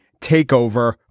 Takeover